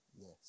Yes